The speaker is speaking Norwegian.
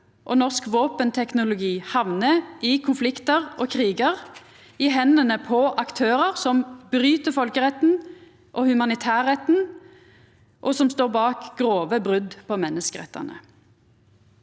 og norsk våpenteknologi hamnar i konfliktar og krigar og i hendene på aktørar som bryt folkeretten og humanitærretten, og som står bak grove brot på menneskerettane.